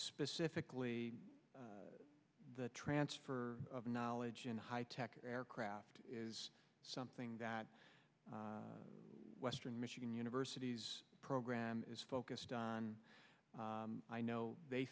specifically the transfer of knowledge in high tech aircraft is something that western michigan university's program is focused on i know they